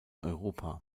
europa